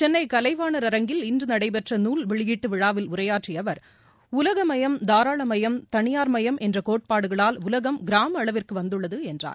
சென்னை கலைவாணர் அரங்கில் இன்று நடைபெற்ற நூல் வெளியீட்டு விழாவில் உரையாற்றிய அவர் உலகமயம் தாராளமயம் தனியார்மயம் என்ற கோட்பாடுகளால் உலகம் கிராம அளவிற்கு வந்தள்ளது என்றார்